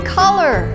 color